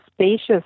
spacious